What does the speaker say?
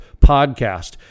Podcast